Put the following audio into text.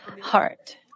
heart